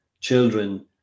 children